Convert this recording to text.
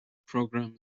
program